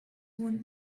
won